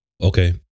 Okay